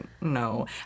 no